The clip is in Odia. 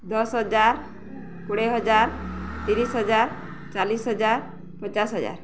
ଦଶ ହଜାର କୋଡ଼ିଏ ହଜାର ତିରିଶ ହଜାର ଚାଳିଶ ହଜାର ପଚାଶ ହଜାର